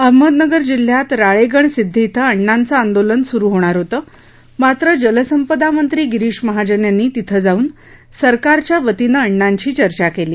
अहमदनगर जिल्ह्यात राळेगणसिद्वी इथं अण्णांचं आंदोलन सुरु होणार होतं मात्र जलसंपदा मंत्री गिरीश महाजन यांनी तिथं राळेगण सिद्धि इथं जाऊन सरकारच्यावतीनं अण्णांशी चर्चा केली